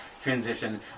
transition